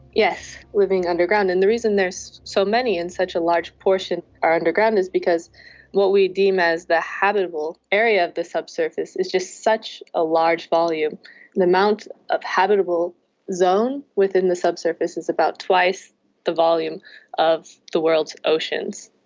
yes, living underground, and the reason there are so many and such a large portion are underground is because what we deem as the habitable area of the subsurface is just such a large volume. the amount of habitable zone within the subsurface is about twice the volume of the world's oceans.